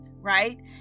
right